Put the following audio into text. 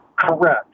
correct